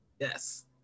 Yes